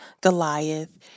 Goliath